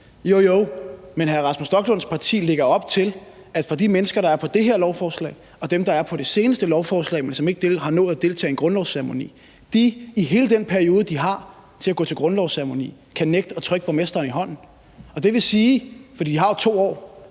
Jo, jo, men hr. Rasmus Stoklunds parti lægger op til, at de mennesker, der er på det her lovforslag, og for dem, der er på det seneste lovforslag, men som ikke har nået at deltage i en grundlovsceremoni, i hele den periode, de har til at gå til en grundlovsceremoni, kan nægte at trykke borgmesteren i hånden. Det vil sige, at om 1 år